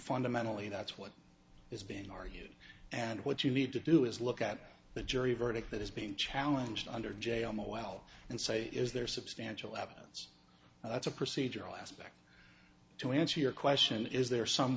fundamentally that's what is being argued and what you need to do is look at the jury verdict that is being challenged under j m a well and say is there substantial evidence that's a procedural aspect to answer your question is there some